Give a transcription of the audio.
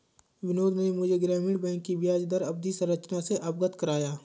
बिनोद ने मुझे ग्रामीण बैंक की ब्याजदर अवधि संरचना से अवगत कराया